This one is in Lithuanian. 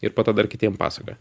ir po to dar kitiem pasakoja